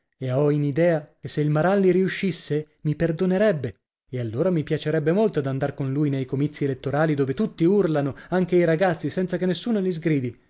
e ho in idea che se il maralli riuscisse mi perdonerebbe e allora mi piacerebbe molto d'andar con lui nei comizi elettorali dove tutti urlano anche i ragazzi senza che nessuno li sgridi